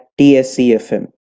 TSCFM